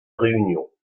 réunion